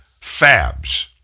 FABs